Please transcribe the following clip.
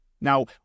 Now